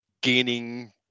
gaining